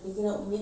(uh huh)